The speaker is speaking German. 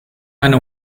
eine